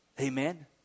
Amen